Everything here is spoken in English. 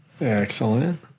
excellent